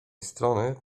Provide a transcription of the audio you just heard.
strony